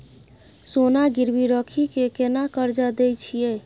सोना गिरवी रखि के केना कर्जा दै छियै?